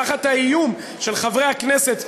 תחת האיום של חברי הכנסת,